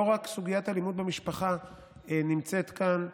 לא רק סוגיית האלימות במשפחה נמצאת כאן,